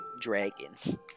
Dragons